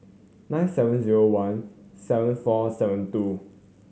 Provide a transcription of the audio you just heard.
nine seven zero one seven four seven two